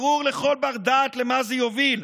ברור לכל בר-דעת למה זה יוביל.